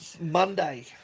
Monday